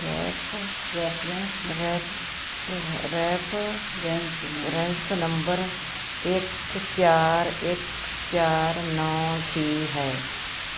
ref ref reference number ਇੱਕ ਚਾਰ ਇੱਕ ਚਾਰ ਨੌ ਛੇ ਹੈ